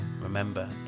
remember